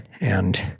And-